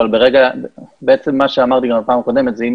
אבל בעצם מה שאמרתי גם בפעם הקודמת זה אם